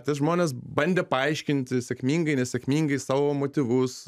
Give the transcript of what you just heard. tie žmonės bandė paaiškinti sėkmingai nesėkmingai savo motyvus